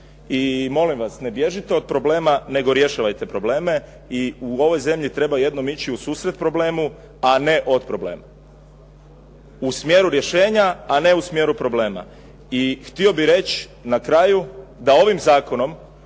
I molim vas, ne bježite od problema, nego rješavajte probleme i u ovoj zemlji treba jednom ići u susret problemu, a ne od problema. U smjeru rješenja, a ne u smjeru problema. I htio bih reći na kraju, da ovim zakonom